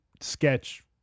sketch